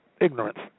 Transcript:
ignorance